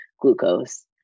glucose